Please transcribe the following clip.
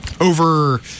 over